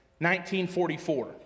1944